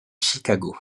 chicago